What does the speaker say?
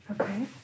okay